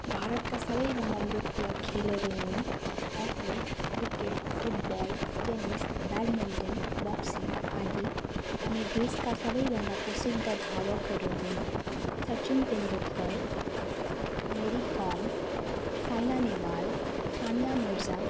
भारतका सबैभन्दा लोकप्रिय खेलहरू हुन् hockey cricket football tennis badminton boxing आदि अनि देशका सबैभन्दा प्रसिद्ध धावकहरू हुन् सचिन तेन्दुलकर मेरी कोम साइना नेहवाल सानिया मिर्जा